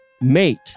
Mate